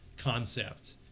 concept